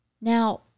Now